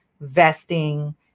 vesting